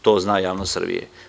To zna javnost Srbije.